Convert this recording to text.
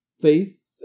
faith